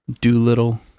Doolittle